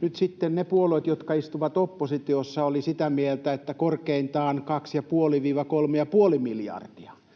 Nyt sitten ne puolueet, jotka istuvat oppositiossa, olivat sitä mieltä, että korkeintaan 2,5—3,5 miljardia.